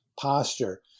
posture